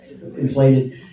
inflated